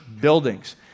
buildings